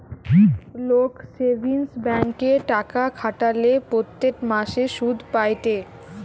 লোক সেভিংস ব্যাঙ্কে টাকা খাটালে প্রত্যেক মাসে সুধ পায়েটে